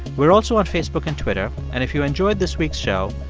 we're also on facebook and twitter. and if you enjoyed this week's show,